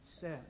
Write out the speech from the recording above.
says